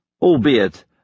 albeit